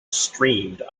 streamed